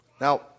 Now